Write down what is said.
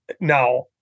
now